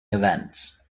events